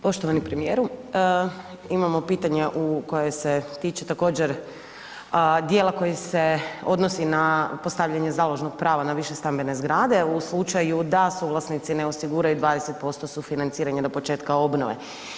Poštovani premijeru, imamo pitanje u koje se tiče također, dijela koje se odnosi na postavljanje založnog prava na višestambene zgrade u slučaju da suvlasnici ne osiguraju 20% sufinanciranja do početka obnove.